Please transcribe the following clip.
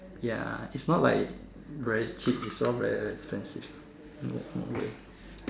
ya is not like very cheap is all very expensive no way